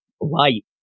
light